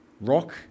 rock